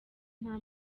nta